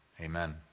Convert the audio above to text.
amen